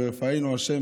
ורפאנו ה'.